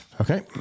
Okay